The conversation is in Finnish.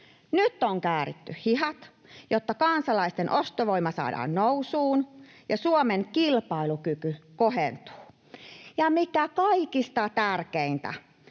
Nyt on kääritty hihat, jotta kansalaisten ostovoima saadaan nousuun ja Suomen kilpailukyky kohentuu. Ja mikä kaikista tärkeintä: